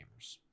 gamers